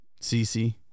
CC